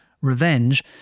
revenge